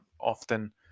often